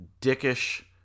dickish